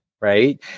Right